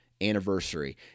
anniversary